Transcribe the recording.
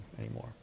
anymore